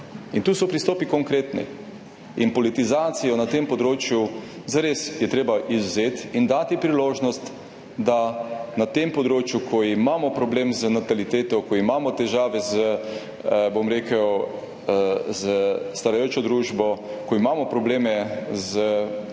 Tu so pristopi konkretni in politizacijo na tem področju je treba zares izvzeti in dati priložnost na tem področju, ko imamo problem z nataliteto, ko imamo težave s starajočo se družbo, ko imamo probleme z